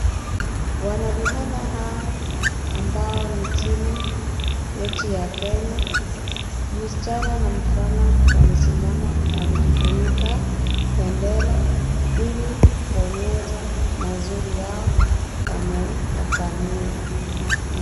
Mwanariadha hao ambao ni timu yetu ya kenya. Msichana na mvulana wamesimama na kujifunika bendera. Ili kuonyesha mazuri yao wameyafanyia .